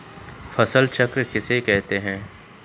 फसल चक्र किसे कहते हैं?